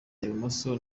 ibumoso